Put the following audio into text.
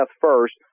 first